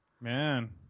Man